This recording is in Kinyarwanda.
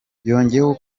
yongeyeho